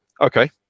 Okay